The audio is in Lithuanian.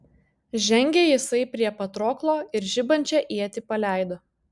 žengė jisai prie patroklo ir žibančią ietį paleido